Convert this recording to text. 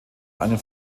einen